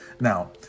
Now